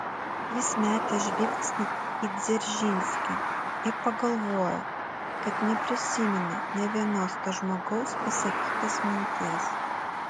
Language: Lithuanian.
jis metė žvilgsnį į dzeržinskį ir pagalvojo kad neprisimena nė vienos to žmogaus pasakytos minties